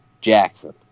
Jackson